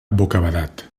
bocabadat